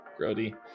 grody